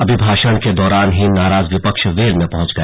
अभिभाषण के दौरान ही नाराज विपक्ष वेल में पहुंच गया